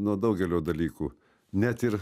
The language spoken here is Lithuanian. nuo daugelio dalykų net ir